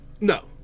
No